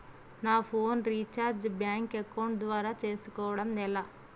నా phone recharge bank account ద్వారా చేసుకోవటం ఎలా?